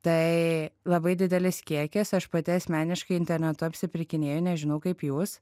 tai labai didelis kiekis aš pati asmeniškai internetu apsipirkinėju nežinau kaip jūs